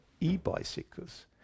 e-bicycles